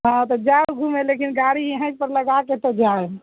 हँ तऽ जाउ घुमे लेकिन गाड़ी इहे पर लगाके तब जाएम